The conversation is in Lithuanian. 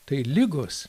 tai ligos